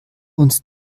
uns